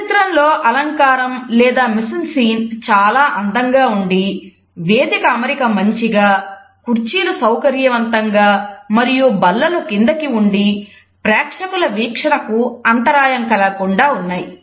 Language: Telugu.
ఈ చిత్రంలో అలంకారం లేదా mise en scene చాలా అందంగా ఉండి వేదిక అమరిక మంచిగా కుర్చీలు సౌకర్యవంతంగా మరియు బల్లలు కిందకి ఉండి ప్రేక్షకుల వీక్షణకు అంతరాయం కలగకుండా ఉన్నాయి